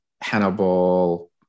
Hannibal